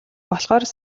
болохоор